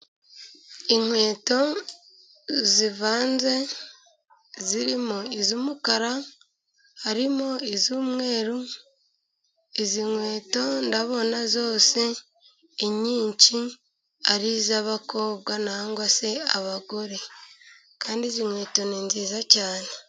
Inkweto zivanze zirimo iz'umukara harimo iz'umweru, izi nkweto ndabona zose inyinshi ari iz'abakobwa cyangwa se abagore kandi z'inkweto ni nziza cyane.